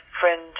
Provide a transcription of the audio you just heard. friend